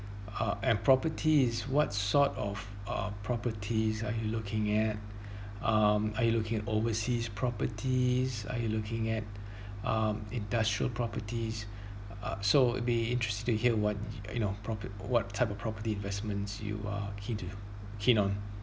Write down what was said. uh and property is what sort of uh properties are you looking at um are you looking at overseas properties are you looking at um industrial properties uh so would be interested to hear what you you know proper~ what type of property investments you are keen to keen on